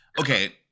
okay